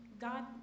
God